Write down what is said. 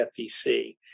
FEC